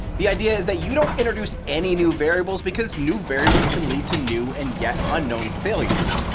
the idea's that you don't introduce any new variables because new variables can lead to new and yet unknown failures.